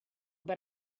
but